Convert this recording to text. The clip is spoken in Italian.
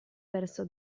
verso